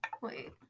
Wait